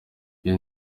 iyi